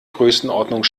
größenordnung